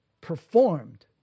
performed